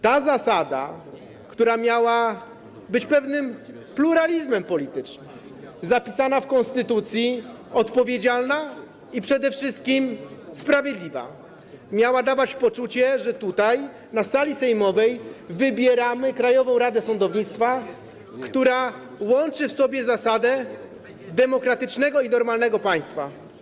Ta zasada, która miała być pewnym pluralizmem politycznym, zapisana w konstytucji, odpowiedzialna i przede wszystkim sprawiedliwa, miała dawać poczucie, że tutaj, na sali sejmowej, wybieramy Krajową Radę Sądownictwa, która łączy w sobie zasadę demokratycznego i normalnego państwa.